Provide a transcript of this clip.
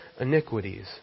iniquities